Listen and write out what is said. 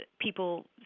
people